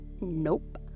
Nope